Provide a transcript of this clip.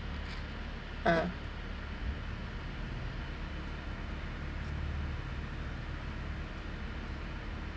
ah